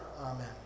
Amen